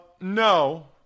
No